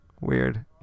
Weird